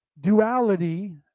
duality